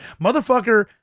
motherfucker